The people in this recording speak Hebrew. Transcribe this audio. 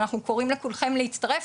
אנחנו קוראים לכולכם להצטרף.